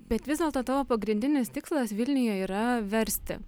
bet vis dėlto tavo pagrindinis tikslas vilniuje yra versti